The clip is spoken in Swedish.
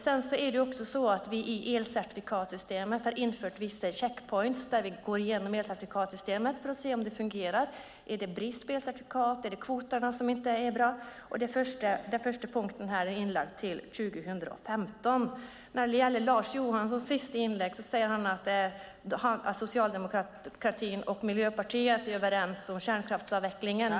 Vi har också i elcertifikatssystemet infört vissa check points där vi går igenom elcertifikatssystemet för att se om det fungerar, om det är brist på elcertifikat eller om det är kvoter som inte är bra. Första check point är inlagd till 2015. I Lars Johanssons sista inlägg säger han att Socialdemokraterna och Miljöpartiet är överens om kärnkraftsavvecklingen.